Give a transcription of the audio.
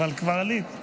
אבל כבר עלית.